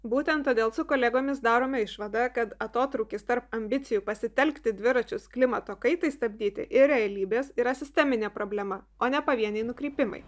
būtent todėl su kolegomis darome išvadą kad atotrūkis tarp ambicijų pasitelkti dviračius klimato kaitai stabdyti ir realybės yra sisteminė problema o ne pavieniai nukrypimai